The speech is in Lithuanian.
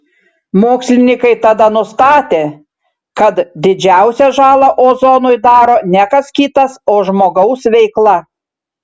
mokslininkai tada nustatė kad didžiausią žalą ozonui daro ne kas kitas o žmogaus veikla